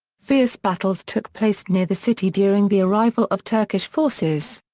fierce battles took place near the city during the arrival of turkish forces.